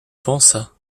pensa